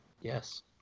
yes